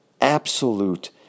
absolute